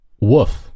Woof